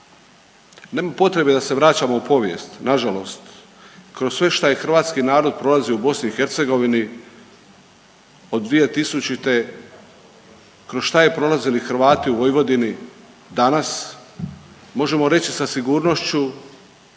Nema potrebe da se vraćamo u povijest, nažalost, kroz sve što je hrvatski narod prolazio u BiH od 2000., kroz šta je prolazili Hrvati u Vojvodini, danas, možemo reći sa sigurnošću,